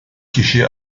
kişi